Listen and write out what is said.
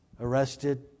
arrested